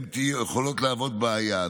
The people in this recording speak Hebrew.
יכולים להוות בעיה.